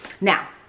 Now